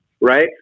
Right